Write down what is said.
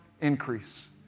increase